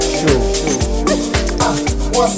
show